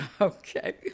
Okay